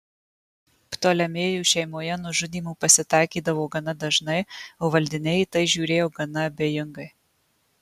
ptolemėjų šeimoje nužudymų pasitaikydavo gana dažnai o valdiniai į tai žiūrėjo gana abejingai